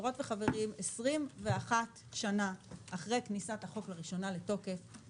21 שנה אחרי כניסת החוק לתוקף לראשונה,